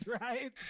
right